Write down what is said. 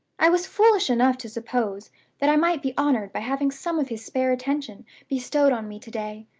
i was foolish enough to suppose that i might be honored by having some of his spare attention bestowed on me to-day.